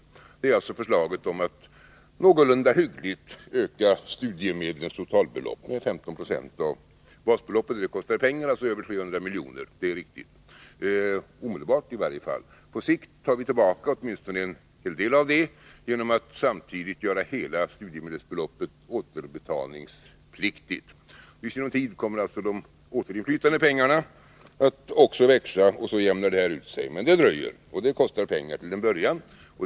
Det gäller alltså förslaget om att någorlunda hyggligt öka studiemedlens totalbelopp med 15 96 av basbeloppet. Det kostar pengar — omedelbart i varje fall — över 300 miljoner, det är riktigt. På sikt tar vi tillbaka åtminstone en del av det genom att samtidigt göra hela studiemedelsbeloppet återbetalningspliktigt. I sinom tid kommer alltså de återinflytande pengarna att växa och då jämnar det ut sig. Men det dröjer, och det kostar pengar till en början.